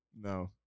No